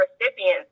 recipients